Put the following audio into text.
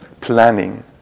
planning